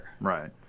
Right